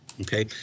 Okay